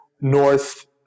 north